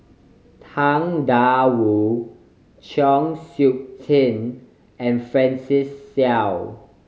Tang Da Wu Chng Seok Tin and Francis Seow